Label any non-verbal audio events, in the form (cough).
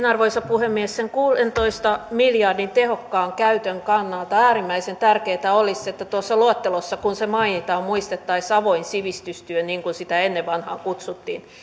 (unintelligible) arvoisa puhemies sen kuudentoista miljardin tehokkaan käytön kannalta äärimmäisen tärkeätä olisi että tuossa luettelossa kun se mainitaan muistettaisiin avoin sivistystyö niin kuin sitä ennen vanhaan kutsuttiin